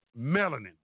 melanin